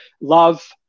love